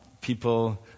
people